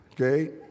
okay